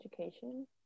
education